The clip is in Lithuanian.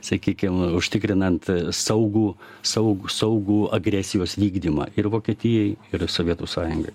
sakykim užtikrinant saugų saugų saugų agresijos vykdymą ir vokietijai ir sovietų sąjungai